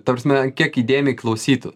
ta prasme kiek įdėmiai klausytų